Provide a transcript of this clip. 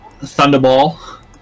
Thunderball